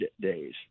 days